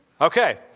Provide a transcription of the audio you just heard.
Okay